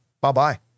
bye-bye